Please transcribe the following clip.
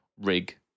rig